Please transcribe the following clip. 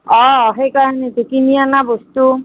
অঁ সেইকাৰণেটো কিনি অনা বস্তু